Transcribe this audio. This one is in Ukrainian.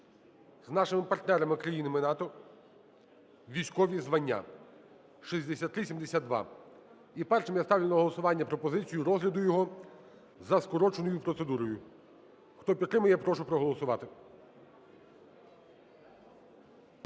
з нашими партнерами країнами НАТО військові звання (6372). І першим я ставлю на голосування пропозицію розгляду його за скороченою процедурою. Хто підтримує, я прошу проголосувати.